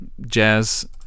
jazz